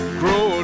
grow